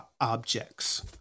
objects